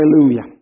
Hallelujah